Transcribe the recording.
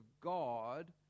God